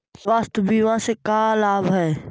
स्वास्थ्य बीमा से का लाभ है?